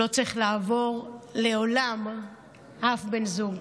לא צריך לעבור לעולם אף בן זוג.